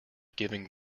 giving